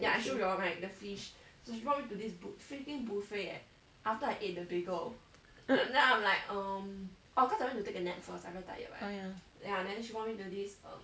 oh ya